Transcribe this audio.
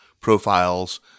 profiles